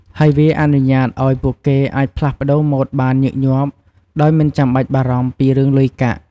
ហើយវាអនុញ្ញាតឱ្យពួកគេអាចផ្លាស់ប្ដូរម៉ូដបានញឹកញាប់ដោយមិនចាំបាច់បារម្ភពីរឿងលុយកាក់។